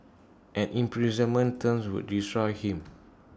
an imprisonment term would destroy him